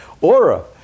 aura